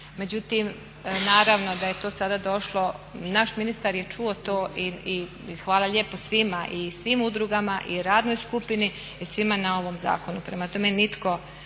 Međutim, naravno da je to sada došlo, naš ministar je čuo to i hvala lijepa svima i svim udrugama i radnoj skupini i svima na ovom zakonu.